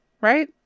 Right